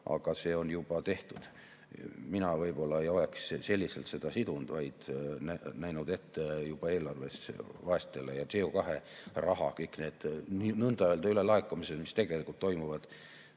aga see on juba tehtud. Mina võib-olla ei oleks selliselt seda sidunud, vaid oleks näinud juba eelarves ette vaestele. CO2raha, kõik need nii-öelda ülelaekumised, mis tegelikult toimuvad